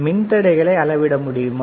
மின்தடைகளை அளவிட முடியுமா